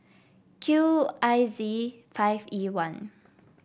Q I Z five E one